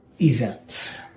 event